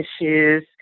issues